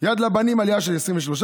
יד לבנים, עלייה של 23%,